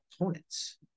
opponents